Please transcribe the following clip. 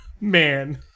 Man